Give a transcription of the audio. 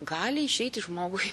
gali išeiti žmogui